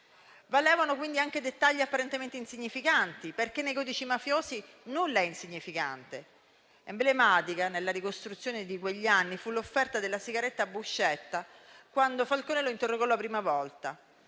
Valevano, quindi, anche dettagli apparentemente insignificanti, perché nei codici mafiosi nulla è insignificante. Emblematica, nella ricostruzione di quegli anni, fu l'offerta della sigaretta a Buscetta, quando Falcone lo interrogò la prima volta: